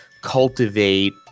cultivate